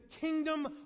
kingdom